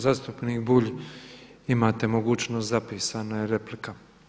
Zastupnik Bulj imate mogućnost zapisano je, replika.